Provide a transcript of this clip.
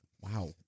Wow